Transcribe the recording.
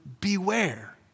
beware